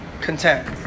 content